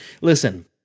listen